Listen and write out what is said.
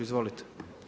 Izvolite.